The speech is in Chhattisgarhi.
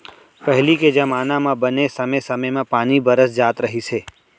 पहिली के जमाना म बने समे समे म पानी बरस जात रहिस हे